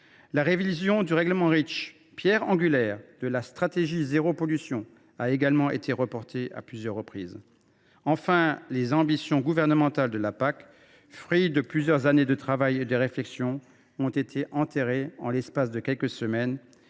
La révision du règlement Reach, pierre angulaire de la stratégie « zéro pollution », a également été reportée à plusieurs reprises. Enfin, les ambitions environnementales de la politique agricole commune (PAC), fruits de plusieurs années de travail et de réflexion, ont été enterrées en l’espace de quelques semaines,